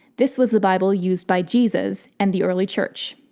this was the bible used by jesus and the early church.